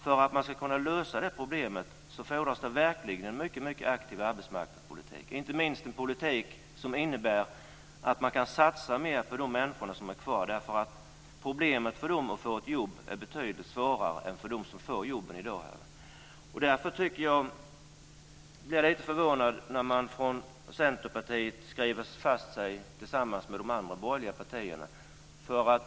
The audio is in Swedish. För att man ska kunna lösa det problemet fordras det verkligen en mycket aktiv arbetsmarknadspolitik och inte minst en politik som innebär att man kan satsa mer på de människor som är kvar. Problemet för dem att få ett jobb är betydligt större än för dem som får jobben i dag. Därför blir jag lite förvånad när man från Centerpartiet skriver fast sig tillsammans med de andra borgerliga partierna.